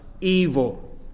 evil